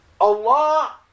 Allah